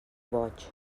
boig